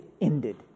ended